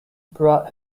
brought